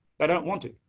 but don't want to,